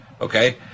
Okay